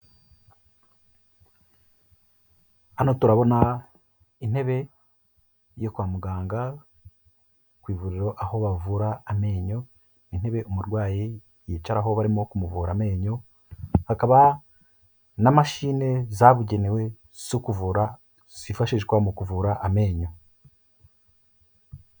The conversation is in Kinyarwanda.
Hano turabona intebe yo kwa muganga, ku ivuriro aho bavura amenyo, intebe umurwayi yicaraho barimo kumuvura amenyo, hakaba na mashine zabugenewe zo kuvura, zifashishwa mu kuvura amenyo.